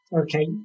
okay